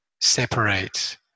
separate